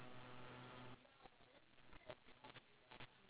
that's true wait but christopher-robin grew up [what] in the new movie